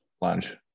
lunch